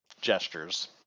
gestures